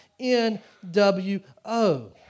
NWO